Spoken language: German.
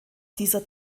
dieser